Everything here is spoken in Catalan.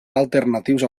alternatius